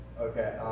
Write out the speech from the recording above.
Okay